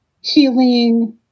healing